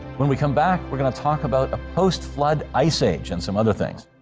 when we come back, we're going to talk about a post-flood ice age and some other things.